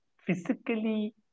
physically